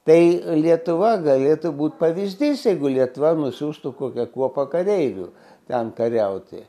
tai e lietuva galėtų būt pavyzdys jeigu lietuva nusiųstų kokią kuopą kareivių ten kariauti